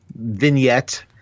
vignette